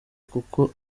kuko